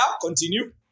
continue